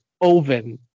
Oven